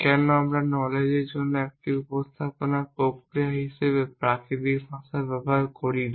কেন আমরা নলেজ এর জন্য একটি উপস্থাপনা প্রক্রিয়া হিসাবে প্রাকৃতিক ভাষা ব্যবহার করি না